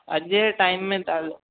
अॼु जे टाइम में त हलो